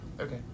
Okay